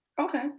Okay